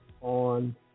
on